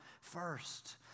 first